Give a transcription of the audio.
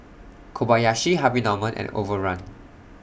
Kobayashi Harvey Norman and Overrun